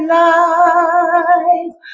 life